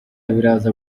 biraza